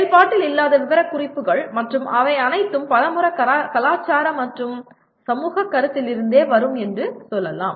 செயல்பாட்டில் இல்லாத விவரக்குறிப்புகள் மற்றும் அவை அனைத்தும் பல முறை கலாச்சார மற்றும் சமூகக் கருத்திலிருந்தே வரும் என்று சொல்லலாம்